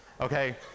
Okay